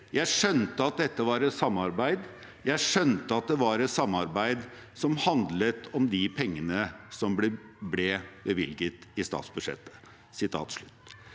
Jeg skjønte at det var et samarbeid som handlet om de pengene som ble bevilget i statsbudsjettet.»